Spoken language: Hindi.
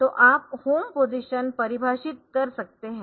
तो आप होम पोजीशन परिभाषित कर सकते है